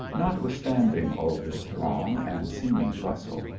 notwithstanding all this throng and seeming bustle,